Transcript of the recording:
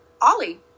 ollie